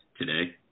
today